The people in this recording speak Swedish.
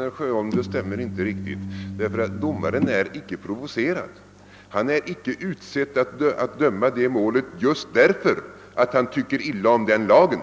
Herr talman! Det stämmer inte riktigt, herr Sjöholm! Domaren är inte provocerad. Han är icke utsedd att döma i målet just därför att han tycker illa om den lag